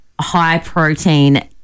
high-protein